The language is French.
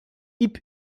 hip